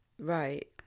Right